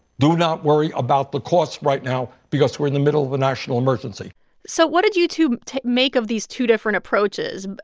do not worry about the costs right now because we're in the middle of a national emergency so what did you two make of these two different approaches?